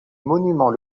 monument